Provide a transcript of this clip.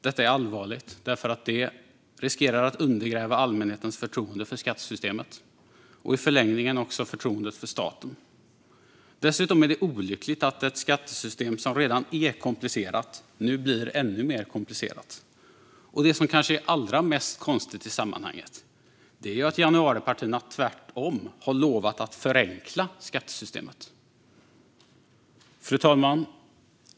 Detta är allvarligt därför att det riskerar att undergräva allmänhetens förtroende för skattesystemet och i förlängningen också förtroendet för staten. Dessutom är det olyckligt att ett skattesystem som redan är komplicerat nu blir ännu mer komplicerat. Det som kanske är allra mest konstigt i sammanhanget är att januaripartierna tvärtom har lovat att förenkla skattesystemet. Fru talman!